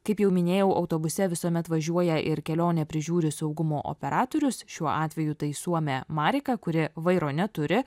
kaip jau minėjau autobuse visuomet važiuoja ir kelionę prižiūri saugumo operatorius šiuo atveju tai suomė marika kuri vairo neturi